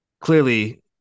clearly